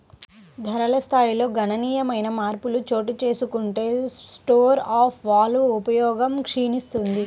ధరల స్థాయిల్లో గణనీయమైన మార్పులు చోటుచేసుకుంటే స్టోర్ ఆఫ్ వాల్వ్ ఉపయోగం క్షీణిస్తుంది